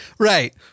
Right